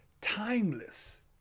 timeless